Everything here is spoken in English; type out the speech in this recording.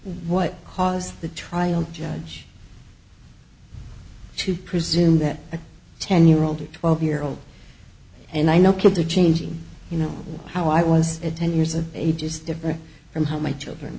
what caused the trial judge to presume that a ten year old or twelve year old and i know kids are changing you know how i was at ten years of age is different from how my children